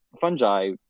fungi